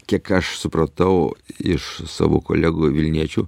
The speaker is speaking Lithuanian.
kiek aš supratau iš savo kolegų vilniečių